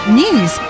news